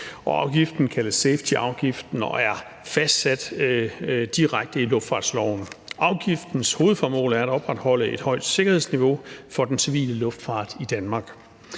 Afgiften kaldes safetyafgiften og er fastsat direkte i luftfartsloven. Afgiftens hovedformål er at opretholde et højt sikkerhedsniveau for den civile luftfart i Danmark.